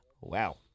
Wow